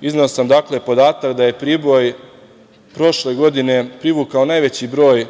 izneo sam podatak da je Priboj prošle godine privikao najveći broj